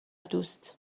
دوست